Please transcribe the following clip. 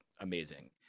amazing